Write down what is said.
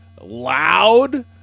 loud